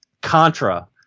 Contra